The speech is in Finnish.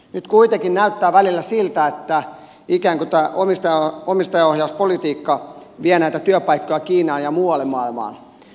nyt kuitenkin näyttää välillä siltä että ikään kuin tämä omistajaohjauspolitiikka vie näitä työpaikkoja kiinaan ja muualle maailmaan